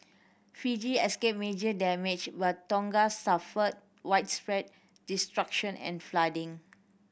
Fiji escaped major damage but Tonga suffered widespread destruction and flooding